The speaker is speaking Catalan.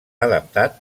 adaptat